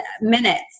minutes